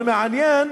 אבל מעניין